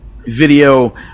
video